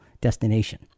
destination